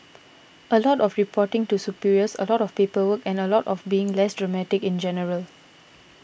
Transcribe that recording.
a lot of reporting to superiors a lot of paperwork and a lot of being less dramatic in general